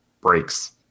breaks